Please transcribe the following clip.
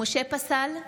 משה פסל,